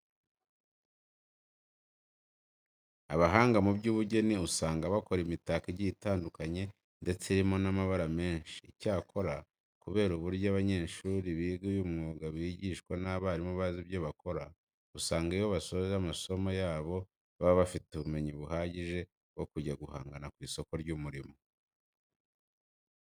Abahanga mu by'ubugeni usanga bakora imitako igiye itandukanye ndetse irimo n'amabara menshi. Icyakora kubera uburyo abanyeshuri biga uyu mwuga bigishwa n'abarimu bazi ibyo bakora, usanga iyo basoze amasomo yabo baba bafite ubumenyi buhagije bwo kujya guhangana ku isoko ry'umurimo.